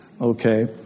Okay